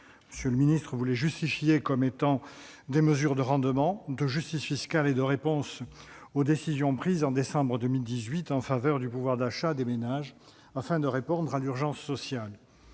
Monsieur le ministre, vous les justifiez comme étant des mesures de rendement, de justice fiscale et de réponse aux décisions prises en décembre 2018 en faveur du pouvoir d'achat des ménages pour répondre à l'urgence sociale.